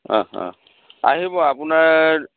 অঁ অঁ আহিব আপোনাৰ